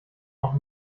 noch